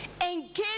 Engage